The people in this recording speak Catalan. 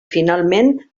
finalment